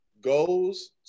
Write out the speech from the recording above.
goes